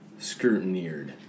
scrutineered